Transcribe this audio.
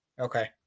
okay